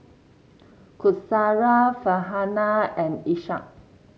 Qaisara Farhanah and Ishak